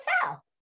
tell